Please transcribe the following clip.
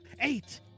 eight